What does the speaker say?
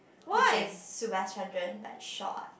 which is Subhaschandran but short ah